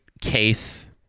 case